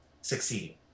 succeeding